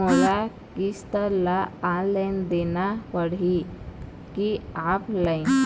मोला किस्त ला ऑनलाइन देना पड़ही की ऑफलाइन?